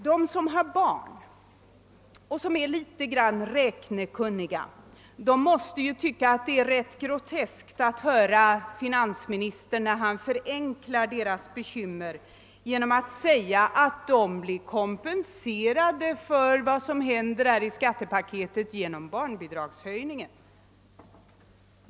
De som har barn och som är litet räknekunniga måste tycka att det är groteskt att finansministern förenklar deras bekymmer genom att säga att de genom barnbidragshöjningen blir kompenserade för vad skattepaketet innehåller.